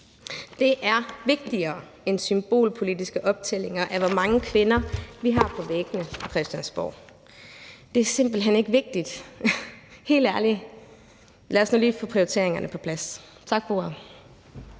Det er vigtigere end symbolpolitiske optællinger af, hvor mange kvinder vi har hængende på væggene på Christiansborg. Det er simpelt hen ikke vigtigt. Helt ærligt, lad os nu lige få prioriteringerne på plads. Tak for